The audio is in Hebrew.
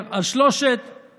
חברת הכנסת קרן ברק.